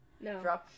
No